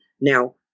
now